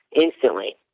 instantly